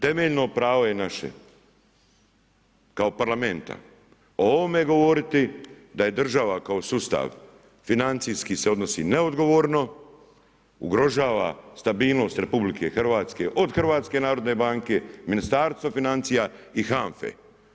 Temeljno pravo je naše ako parlamenta o ovome govoriti da je država kao sustav financijski se odnosi neodgovorno, ugrožava stabilnost RH od HNB-a, Ministarstva financija i HANFA-e.